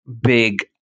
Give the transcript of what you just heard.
big